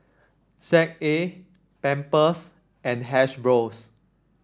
Z A Pampers and Hasbro